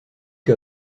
que